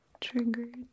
triggered